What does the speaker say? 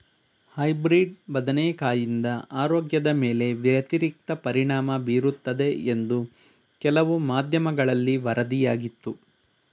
hybrid ಬದನೆಕಾಯಿಂದ ಆರೋಗ್ಯದ ಮೇಲೆ ವ್ಯತಿರಿಕ್ತ ಪರಿಣಾಮ ಬೀರುತ್ತದೆ ಎಂದು ಕೆಲವು ಮಾಧ್ಯಮಗಳಲ್ಲಿ ವರದಿಯಾಗಿತ್ತು